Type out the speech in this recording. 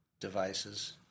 devices